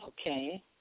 Okay